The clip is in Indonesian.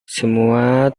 semua